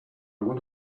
want